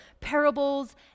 parables